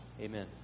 Amen